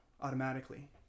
automatically